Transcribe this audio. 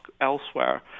elsewhere